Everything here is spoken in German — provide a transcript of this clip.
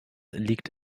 liegt